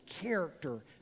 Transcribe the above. character